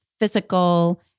physical